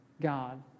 God